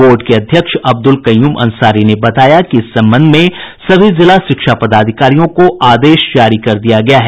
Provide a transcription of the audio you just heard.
board के अध्यक्ष अब्दुल कैयूम अंसारी ने बताया कि इस संबंध में सभी जिला शिक्षा पदाधिकारियों को आदेश जारी कर दिया गया है